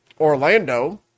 Orlando